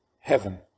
Heaven